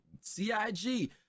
CIG